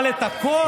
אבל את הכוח,